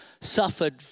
suffered